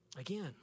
again